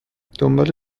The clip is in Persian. دنبال